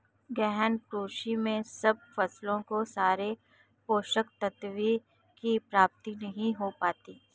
गहन कृषि में सब फसलों को सारे पोषक तत्वों की प्राप्ति नहीं हो पाती